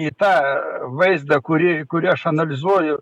į tą vaizdą kurį kurį aš analizuoju